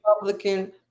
Republican